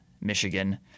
Michigan